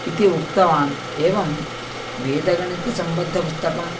इति उक्तवान् एवं वेदगणितं सम्बद्धं पुस्तकम्